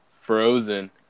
frozen